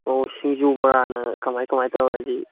ꯑꯣ ꯁꯤꯡꯖꯨ ꯕꯣꯔꯥꯅ ꯀꯃꯥꯏ ꯀꯃꯥꯏ ꯇꯧꯔꯗꯤ